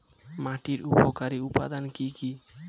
মাটির উপকারী উপাদান কি কি?